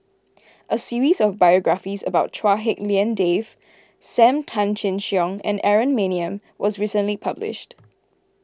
a series of biographies about Chua Hak Lien Dave Sam Tan Chin Siong and Aaron Maniam was recently published